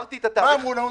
מה אמרו לנו?